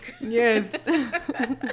Yes